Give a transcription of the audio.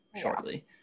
shortly